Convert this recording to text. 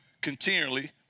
continually